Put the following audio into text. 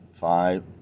five